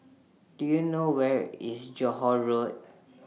Do YOU know Where IS Johore Road